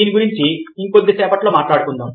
దీని గురించి ఇంకొద్ది సేపట్లో మాట్లాడుకుందాం